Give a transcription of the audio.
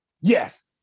yes